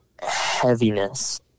heaviness